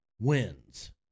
wins